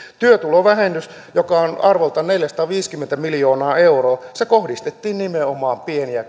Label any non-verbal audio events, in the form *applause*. työtulovähennys joka on arvoltaan neljäkymmentäviisi miljoonaa euroa kohdistettiin nimenomaan pieni ja *unintelligible*